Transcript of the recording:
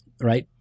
right